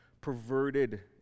perverted